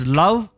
love